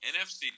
NFC